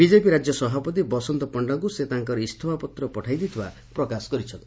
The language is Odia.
ବିଜେପି ରାଜ୍ୟ ସଭାପତି ବସନ୍ତ ପଶ୍ଣାଙ୍କୁ ସେ ତାଙ୍କର ଇସ୍ତଫାପତ୍ର ପଠାଇଦେଇଥିବା ପ୍ରକାଶ କରିଛନ୍ତି